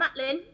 Matlin